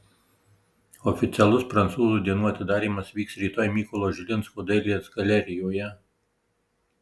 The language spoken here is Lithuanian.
oficialus prancūzų dienų atidarymas vyks rytoj mykolo žilinsko dailės galerijoje